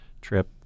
trip